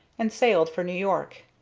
and sailed for new york.